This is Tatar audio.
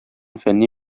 фәнни